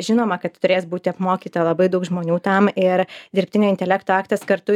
žinoma kad turės būti apmokyta labai daug žmonių tam ir dirbtinio intelekto aktas kartu